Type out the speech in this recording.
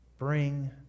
Bring